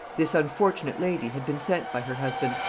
this unfortunate lady had been sent by her husband,